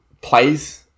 plays